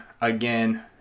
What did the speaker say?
again